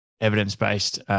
evidence-based